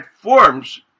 forms